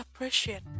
Appreciate